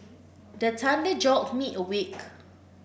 the thunder jolt me awake